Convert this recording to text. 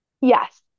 Yes